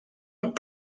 amb